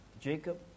Jacob